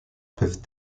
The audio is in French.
peuvent